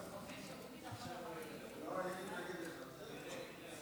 חוק לתיקון פקודת בתי הסוהר (הוראות שעה),